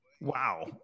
wow